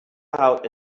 out